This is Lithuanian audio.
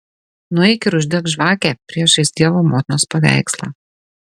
nueik ir uždek žvakę priešais dievo motinos paveikslą